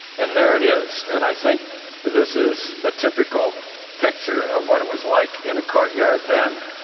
and there it is. and i think this is a typical picture of what it was like in a courtyard then.